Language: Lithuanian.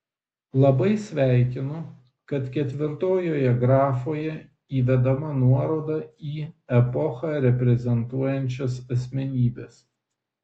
labai sveikinu kad ketvirtojoje grafoje įvedama nuoroda į epochą reprezentuojančias asmenybes